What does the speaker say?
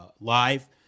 live